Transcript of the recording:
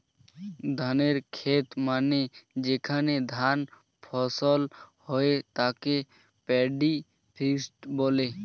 ধানের খেত মানে যেখানে ধান ফসল হয়ে তাকে প্যাডি ফিল্ড বলে